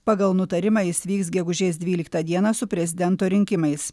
pagal nutarimą jis vyks gegužės dvyliktą dieną su prezidento rinkimais